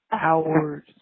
hours